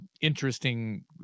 Interesting